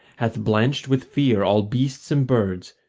hath blanched with fear all beasts and birds,